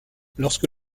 lorsque